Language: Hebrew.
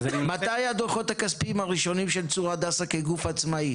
מתי הדוחות הכספיים הראשונים של צור הדסה כגוף עצמאי?